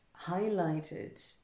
highlighted